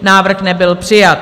Návrh nebyl přijat.